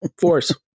Force